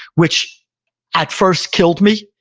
which at first killed me.